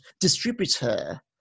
distributor